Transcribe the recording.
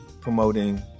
promoting